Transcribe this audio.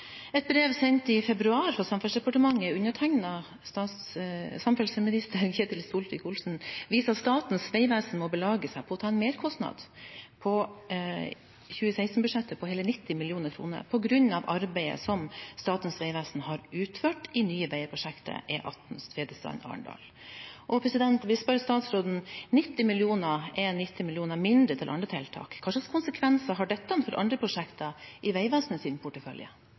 Et brev sendt i februar fra Samferdselsdepartementet, undertegnet av samferdselsminister Ketil Solvik-Olsen, viser at Statens vegvesen må belage seg på å ta en merkostnad på 2016-budsjettet på hele 90 mill. kr, på grunn av arbeidet som Statens vegvesen har utført i Nye Veier-prosjektet E18 Tvedestrand–Arendal. Vi spør statsråden: 90 mill. kr er 90 mill. kr mindre til andre tiltak. Hva slags konsekvenser har dette for andre prosjekter i Vegvesenets portefølje?